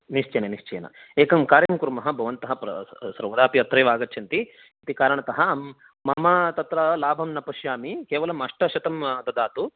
निश्चयेन निश्चयेन एकं कार्यं कुर्मः भवन्तः सर्वदापि अत्रैव आगच्छन्ति इति कारणतः मम तत्र लाभं न पश्यामि केवलं अष्टशतं ददातु